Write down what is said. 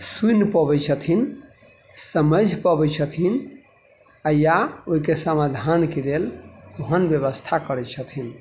सुनि पबै छथिन समझि पबै छथिन या ओहिके समाधानके लेल ओहन व्यवस्था करै छथिन